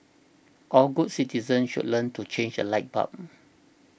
all good citizens should learn to change a light bulb